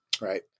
Right